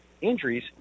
injuries